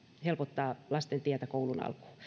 helpottaa lasten tietä koulun alkuun